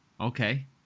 Okay